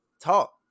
talk